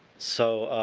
so